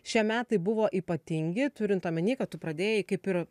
šie metai buvo ypatingi turint omeny kad tu pradėjai kaip ir